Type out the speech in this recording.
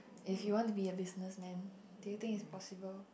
if you want to be a businessman do you think is possible